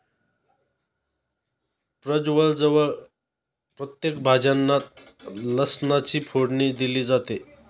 प्रजवळ जवळ प्रत्येक भाज्यांना लसणाची फोडणी दिली जाते